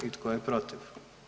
I tko je protiv?